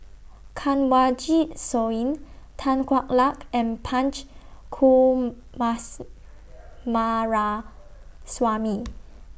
Kanwaljit Soin Tan Hwa Luck and Punch